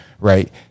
right